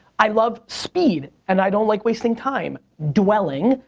i love speed, and i don't like wasting time, dwelling,